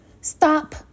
Stop